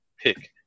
pick